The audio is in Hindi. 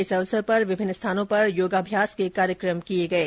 इस अवसर पर विभिन्न स्थानों पर योग अभ्यास के कार्यक्रम किये गये